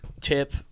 tip